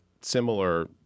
similar